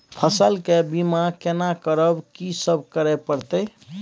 फसल के बीमा केना करब, की सब करय परत?